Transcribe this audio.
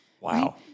Wow